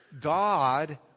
God